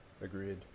Agreed